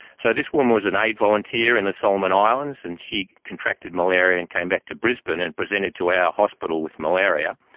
so this woman was an aid volunteer in the solomon islands and she contracted malaria and came back to brisbane and presented to our hospital with malaria.